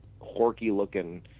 horky-looking